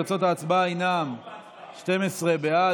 תוצאות ההצבעה הן 12 בעד,